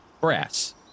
Brass